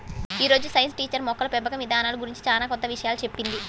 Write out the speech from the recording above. యీ రోజు science teacher మొక్కల పెంపకం ఇదానాల గురించి చానా కొత్త విషయాలు చెప్పింది